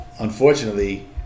Unfortunately